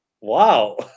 Wow